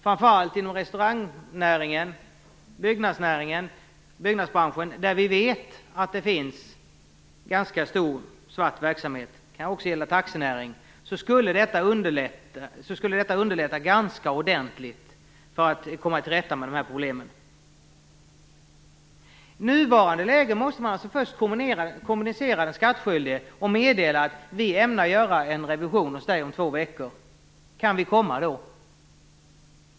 Framför allt inom restaurangnäringen och byggbranschen, där vi vet att det finns ganska stor svart verksamhet - det kan också gälla taxinäringen - skulle detta underlätta ganska ordentligt när det gäller att komma till rätta med de här problemen. I nuvarande läge måste man först kommunicera den skattskyldige: Vi ämnar göra en revision hos dig om två veckor - kan vi komma då?